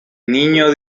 niño